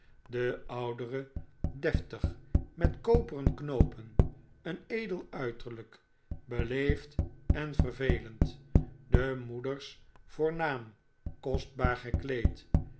de oudere deftig met koperen knoopen een edel uiterlijk beleefd en vervelend de moeders voornaam kostbaar gekleed